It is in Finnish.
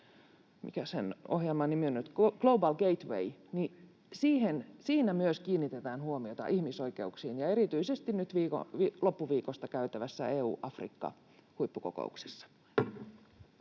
käynnistänyt tämän Global Gateway ‑ohjelman, niin siinä myös kiinnitetään huomiota ihmisoikeuksiin, ja erityisesti nyt loppuviikosta käytävässä EU—Afrikka-huippukokouksessa.